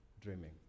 dreaming